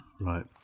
Right